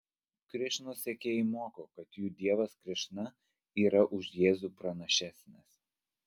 krišnos sekėjai moko kad jų dievas krišna yra už jėzų pranašesnis